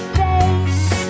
face